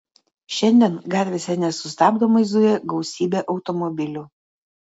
šiandien gatvėse nesustabdomai zuja gausybė automobilių